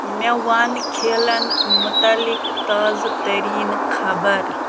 مےٚ وَن کھیلن مُتعلق تازٕ تٔریٖنہٕ خبر